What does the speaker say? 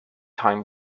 time